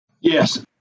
Yes